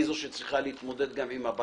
היא זו שצריכה להתמודד עם הבג"ץ,